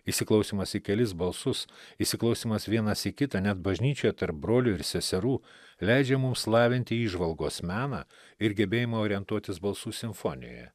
įsiklausymas į kelis balsus įsiklausymas vienas į kitą net bažnyčioje tarp brolių ir seserų leidžia mums lavinti įžvalgos meną ir gebėjimą orientuotis balsų simfonijoje